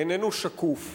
איננו שקוף,